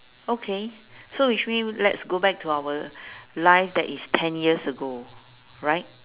okay so which means let's go back to our life that is ten years ago right